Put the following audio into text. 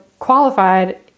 qualified